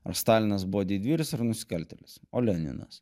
ar stalinas buvo didvyris ar nusikaltėlis o leninas